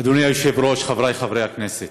אדוני היושב-ראש, חברי חברי הכנסת,